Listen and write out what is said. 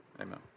Amen